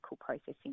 processing